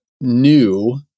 new